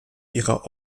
ihrer